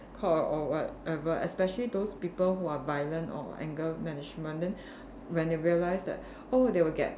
called or whatever especially those people who are violent or anger management then when they realise that oh they will get